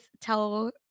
tell